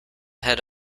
head